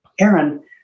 Aaron